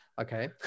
Okay